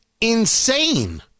insane